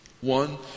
One